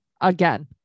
again